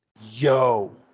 Yo